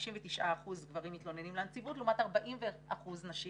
59 אחוזים גברים מתלוננים לנציבות לעומת 41 אחוזים נשים